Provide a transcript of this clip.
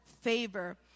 favor